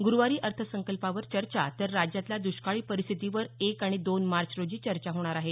गुरुवारी अर्थसंकल्पावर चर्चा तर राज्यातल्या दुष्काळी परिस्थितीवर एक आणि दोन मार्च रोजी चर्चा होणार आहे